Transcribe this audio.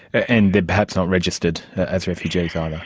and they are perhaps not registered as refugees ah and